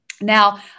Now